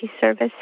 Service